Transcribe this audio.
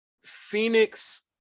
Phoenix